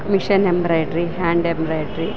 machine embroidery hand embroidery